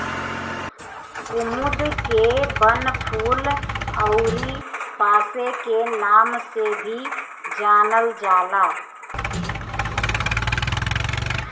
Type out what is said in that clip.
कुमुद के वनफूल अउरी पांसे के नाम से भी जानल जाला